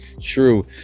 True